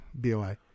B-O-I